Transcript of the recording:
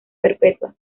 perpetua